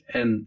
en